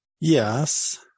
Yes